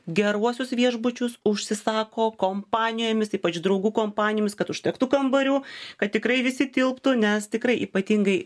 geruosius viešbučius užsisako kompanijomis ypač draugų kompanijomis kad užtektų kambarių kad tikrai visi tilptų nes tikrai ypatingai